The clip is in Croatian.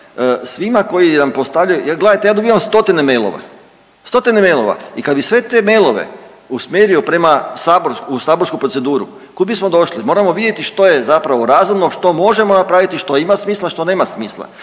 svima koji nam postavljaju, jer gledajte ja dobivam stotine mailova, stotine mailove i kad bi sve te mailove usmjerio prema, u saborsku proceduru kud bismo došli. Moramo vidjeti što je zapravo razumno, što možemo napraviti, što ima smisla, što nema smisla.